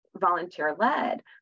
volunteer-led